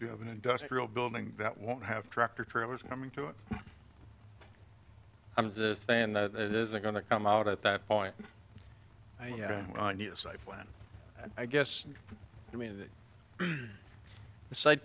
you have an industrial building that won't have tractor trailers coming to it i'm just saying that it isn't going to come out at that point yeah i guess i mean the site